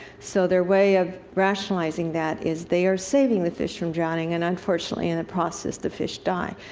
so their way of rationalizing that is they are saving the fish from drowning, and unfortunately, in the process the fish die.